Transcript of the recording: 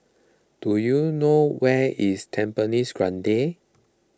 do you know where is Tampines Grande